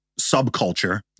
subculture